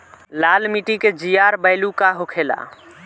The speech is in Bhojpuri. लाल माटी के जीआर बैलू का होला?